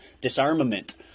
disarmament